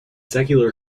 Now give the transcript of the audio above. secular